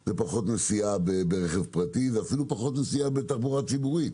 זה פחות נסיעה ברכב פקטי ואפילו פחות נסיעה בתחבורה ציבורית